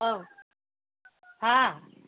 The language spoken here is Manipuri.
ꯑꯥꯎ ꯍꯥ